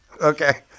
okay